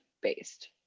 based